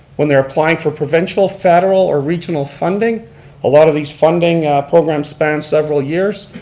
when they're applying for providential, federal, or regional funding a lot of these funding programs span several years.